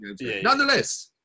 Nonetheless